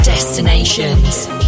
Destinations